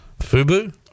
Fubu